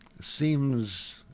seems